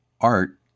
art